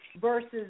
versus